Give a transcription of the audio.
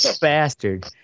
bastard